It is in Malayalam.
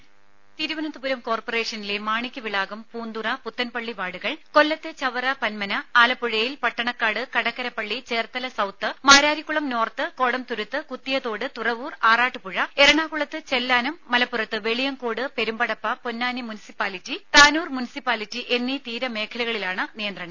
വോയ്സ് രുമ തിരുവനന്തപുരം കോർപ്പറേഷനിലെ മാണിക്യവിളാകം പൂന്തുറ പുത്തൻപള്ളി വാർഡുകൾ കൊല്ലത്തെ ചവറ പന്മന ആലപ്പുഴയിൽ പട്ടണക്കാട് കടക്കരപ്പള്ളി ചേർത്തല സൌത്ത് മാരാരിക്കുളം നോർത്ത് കോടംതുരുത്ത് കുത്തിയതോട് തുറവൂർ ആറാട്ടുപുഴ എറണാകുളത്ത് ചെല്ലാനം മലപ്പുറത്ത് വെളിയംകോട് പെരുമ്പടപ്പ പൊന്നാനി മുനിസിപ്പാലിറ്റി താനൂർ മുനിസിപ്പാലിറ്റി എന്നീ തീര മേഖലകളിലാണ് നിയന്ത്രണം